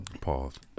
pause